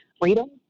Freedom